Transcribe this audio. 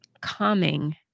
calming